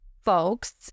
folks